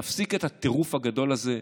נפסיק את הטירוף הגדול הזה.